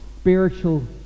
spiritual